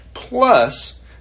Plus